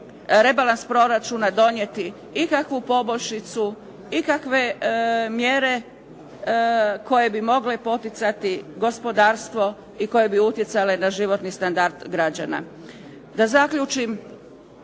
rebalans proračuna donijeti ikakvu poboljšicu, ikakve mjere koje bi mogle poticati gospodarstvo i koje bi utjecale na životni standard građana. Da zaključim,